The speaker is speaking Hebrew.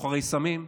סוחרי סמים,